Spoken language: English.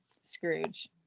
Scrooge